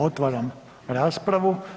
Otvaram raspravu.